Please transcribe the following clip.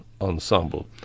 Ensemble